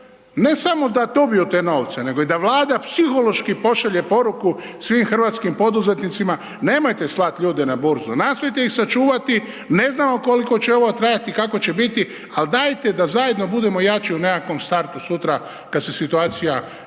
ne samo da dobiju te novce nego i da Vlada psihološki pošalje poruku svim hrvatskim poduzetnicima, nemojte slati ljude na Burzu, nastojte ih sačuvati, ne znamo koliko će ovo trajati, kako će biti, ali dajte da zajedno budemo jači u nekakvom startu sutra kad se situacija